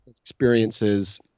experiences